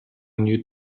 new